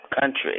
country